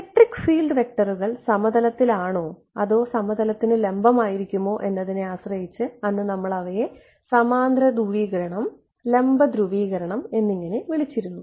electric field വെക്ടറുകൾ സമതലത്തിൽ ആണോ അതോ സമതലത്തിന് ലംബമായിരിക്കുമോ എന്നതിനെ ആശ്രയിച്ച് അന്ന് നമ്മൾ അവയെ സമാന്തര ധ്രുവീകരണം ലംബ ധ്രുവീകരണം എന്നിങ്ങനെ വിളിച്ചിരുന്നു